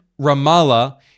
Ramallah